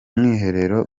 mwiherero